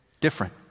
different